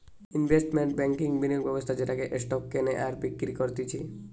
investment ব্যাংকিংবিনিয়োগ ব্যবস্থা যেটাতে স্টক কেনে আর বিক্রি করতিছে